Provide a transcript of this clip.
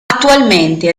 attualmente